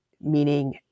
meaning